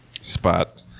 spot